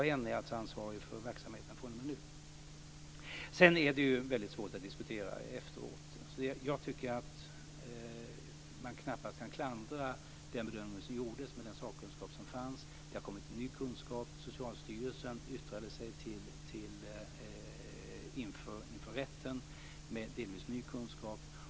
CAN är alltså ansvarig för verksamheten fr.o.m. nu. Det är svårt att diskutera i efterhand. Det går knappast att klandra den bedömning som gjordes med den sakkunskap som fanns. Det har kommit ny kunskap. Socialstyrelsen yttrade sig inför rätten med delvis ny kunskap.